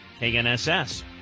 KNSS